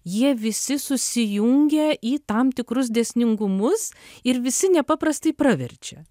jie visi susijungia į tam tikrus dėsningumus ir visi nepaprastai praverčia